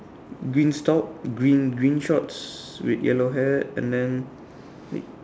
greens top green green shorts with yellow hair and then with